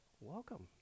welcome